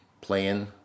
playing